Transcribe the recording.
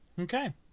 Okay